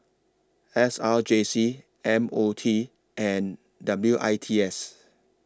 S R J C M O T and W I T S